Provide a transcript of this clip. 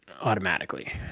automatically